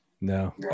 No